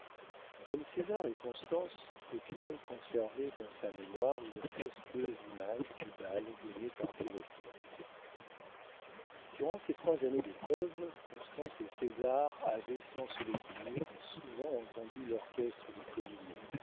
comme césar et constance popinot conservait dans sa mémoire une fastueuse image du bal donné par birotteau durant ces trois années d'épreuves constance et césar avaient sans se le dire souvent entendu l'orchestre de